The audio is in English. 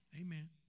Amen